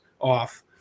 off